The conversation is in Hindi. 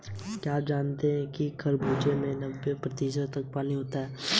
क्या आप जानते हैं कि खरबूजे में नब्बे प्रतिशत तक पानी होता है